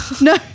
No